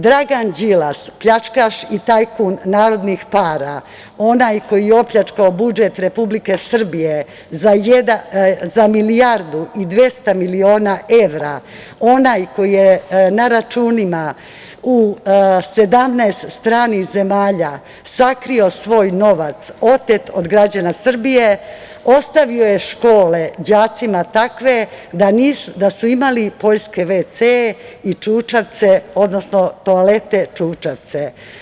Dragan Đilas, pljačkaš i tajkun narodnih para, onaj koji je opljačkao budžet Republike Srbije za milijardu i dvesta miliona evra, onaj koji je na računima u 17 stranih zemalja sakrio svoj novac, otet od građana Srbije, ostavio je škole đacima takve da su imali poljske vc i čučavce, odnosno toalete čučavce.